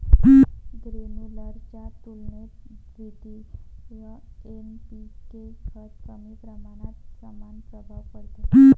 granular च्या तुलनेत विद्रव्य एन.पी.के खत कमी प्रमाणात समान प्रभाव ठेवते